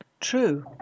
True